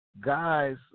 guys